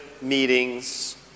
meetings